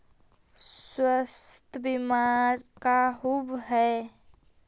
स्वास्थ्य बीमा का होव हइ?